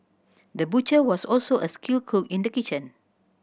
the butcher was also a skilled cook in the kitchen